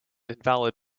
invalid